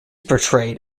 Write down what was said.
portrayed